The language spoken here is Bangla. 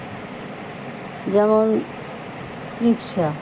যেমন রিক্সা